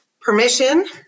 permission